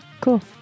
cool